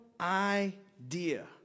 idea